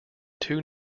two